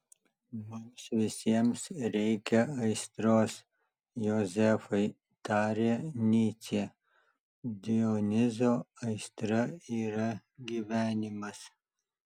mums visiems reikia aistros jozefai tarė nyčė dionizo aistra yra gyvenimas